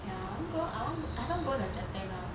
ya I want go I want I haven't go the japan one